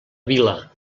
vila